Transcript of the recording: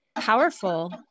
powerful